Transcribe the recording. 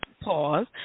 pause